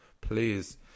Please